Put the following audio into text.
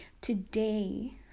Today